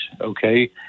okay